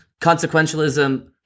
consequentialism